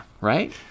right